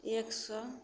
एक सओ